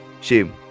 shame